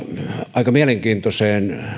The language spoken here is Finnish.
aika mielenkiintoiseen